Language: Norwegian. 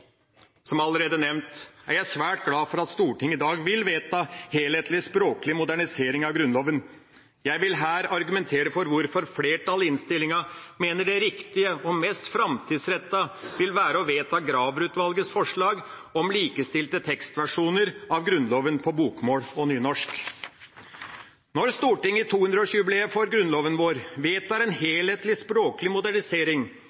er jeg svært glad for at Stortinget i dag vil vedta helhetlig språklig modernisering av Grunnloven. Jeg vil her argumentere for hvorfor flertallet i innstillinga mener det riktige og mest framtidsrettete vil være å vedta Graver-utvalgets forslag om likestilte tekstversjoner av Grunnloven på bokmål og nynorsk. Når Stortinget i 200-årsjubileet for Grunnloven vår vedtar en